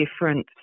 difference